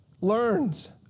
learns